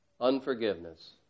Unforgiveness